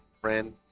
friend